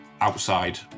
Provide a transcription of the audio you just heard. outside